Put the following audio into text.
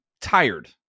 tired